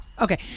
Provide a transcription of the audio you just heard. okay